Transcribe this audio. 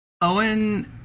owen